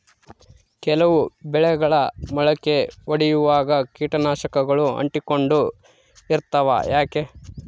ಕೆಲವು ಬೆಳೆಗಳಿಗೆ ಮೊಳಕೆ ಒಡಿಯುವಾಗ ಕೇಟನಾಶಕಗಳು ಅಂಟಿಕೊಂಡು ಇರ್ತವ ಯಾಕೆ?